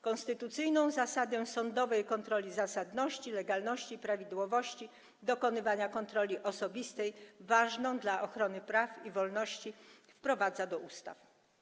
Konstytucyjną zasadę sądowej kontroli zasadności, legalności i prawidłowości dokonywania kontroli osobistej, ważną dla ochrony praw i wolności, wprowadza do ustaw.